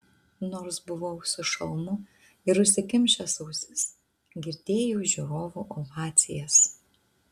nors buvau su šalmu ir užsikimšęs ausis girdėjau žiūrovų ovacijas